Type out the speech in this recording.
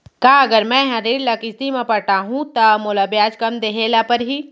का अगर मैं हा ऋण ल किस्ती म पटाहूँ त मोला ब्याज कम देहे ल परही?